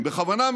הכוונה,